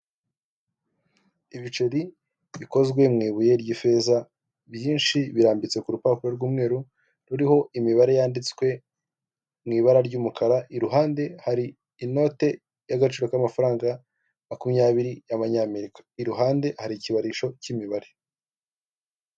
Ibiceri bikozwe mu ibuye ry'ifeza byinshi birambitse ku rupapuro rw'umweru ruriho imibare yanditswe mu ibara ry'umukara, iruhande hari inote y'agaciro k'amafaranga makumyabiri y'abanyamerika, iruhande hari ikibarisho cy'imibare.